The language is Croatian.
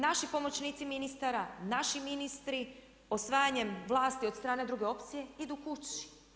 Naši pomoćnici ministara, naši ministri, osvajanjem vlasi od strane druge opcije idu kući.